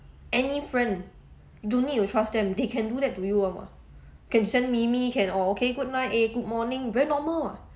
any friend don't need to trust them they can do that to you [one] [what] can send meme can orh okay good night eh good morning very normal [what]